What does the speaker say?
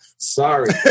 Sorry